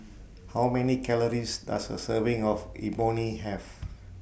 How Many Calories Does A Serving of Imoni Have